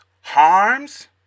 harms